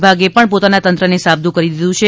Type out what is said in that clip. વિભાગે પણ પોતાના તંત્રને સાબદુ કરી દીધું છે